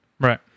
Right